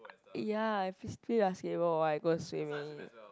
ya I play basketball while I go swimming